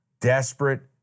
desperate